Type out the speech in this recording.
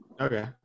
Okay